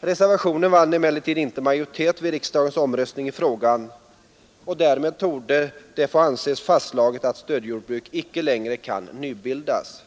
Reservationen vann emellertid inte majoritet vid riksdagens omröstning i frågan. Därmed torde det få anses fastslaget att stödjordbruk inte längre kan nybildas.